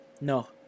No